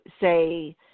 say